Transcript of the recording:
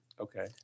Okay